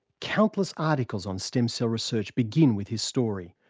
countless articles on stem cell research begin with his story,